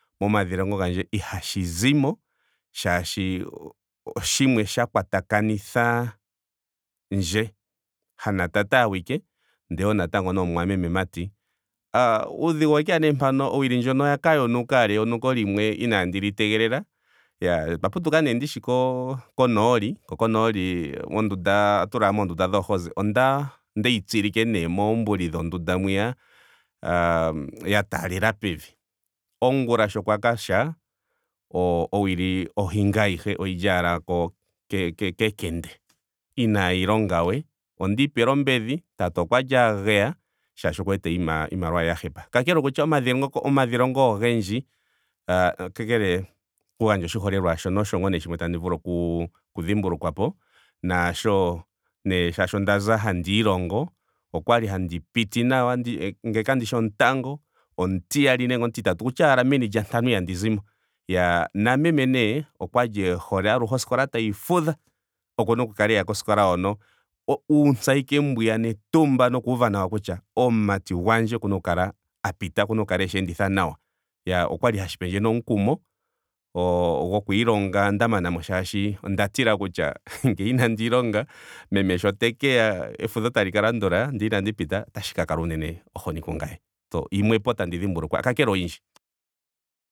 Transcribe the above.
Momadhilongo gandje ihashi zimo. molwaashoka oshimwe sha kwatakanitha ndje. ha na tate awike ndee natango onomumwameme mati. Uudhigu owe keya nee mpano owili ndjono oya ka yonuka ashike eyonuko limwe inaandi li tegelela. Otwa putuka nee ndishiko konooli. ko konooli ohatu lala nee moondunda dhoohozi. onda ondeyi tsikile nee moombulu dhondunda mwiya. ya- yaa talela mevi. Ongula sho kwa ka sha o- owili ohinga ayihe oyili ashike ko- ke- kekende. Inaayi longa we. Onda ipele ombedhi. tate okwali a geya molwaashoka oku wete kutya iimaliwa ye ya hepa. Kakele okutya omadhilongo ogendji aah kakele okugandja oshiholelwa shimwe shono osho ngaa tandi vulu oku dhimbulukwa po. naasho nee molwaashoka ondaza handi ilongo okwali handi piti nawa he- ngele kandishi omutango. omutiyali nenge omutitatu. okutya ashike meni lya ntano ihandi zimo. Iyaa na meme nee okwali e hole aluhe oskola tayi fudha. okuna oku kala eya koskola hwiya. uutsa ashike netumba nokuuva nawa kutya omumati gwandje okuna oku kala a pita. okuna oku kala eshi enditha nawa. Iyaa okwali nee hashi pendje omukumo oo- goku ilonga nda manamo molwaashoka onda tila kutya ngele inandi ilonga. meme sho tekeya efudho tali ka landula ndele inandi pita otashi ka kala unene ohoni ku ngame. So yimwepo tandi dhimbulukwa. kakele oyindji